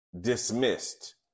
dismissed